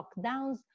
lockdowns